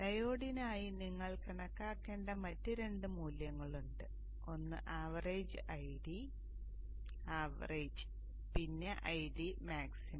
ഡയോഡിനായി നിങ്ങൾ കണക്കാക്കേണ്ട മറ്റ് രണ്ട് മൂല്യങ്ങളുണ്ട് ഒന്ന് ആവറേജ് Id ആവറേജ് പിന്നെ Id മാക്സിമം